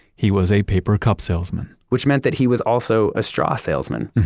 he was a paper cup salesman which meant that he was also a straw salesman.